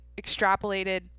extrapolated